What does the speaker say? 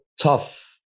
tough